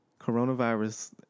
coronavirus